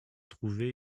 trouver